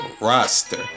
roster